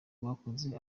bakoze